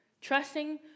trusting